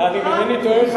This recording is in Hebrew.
אם אינני טועה,